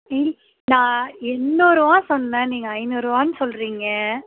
இ நான் எண்ணூறுரூவா சொன்னேன் நீங்கள் ஐநூறுவான் சொல்லுறீங்க